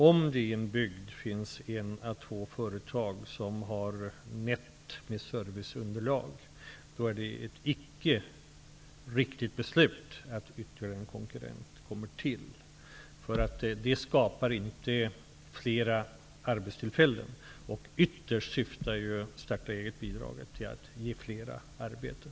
Om det i en bygd finns ett eller två företag som har nätt med serviceunderlag är det inte ett riktigt beslut att ytterligare en konkurrent kommer till. Det skapar inte fler arbetstillfällen. Ytterst syftar ju starta-eget-bidraget till att ge fler arbeten.